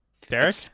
Derek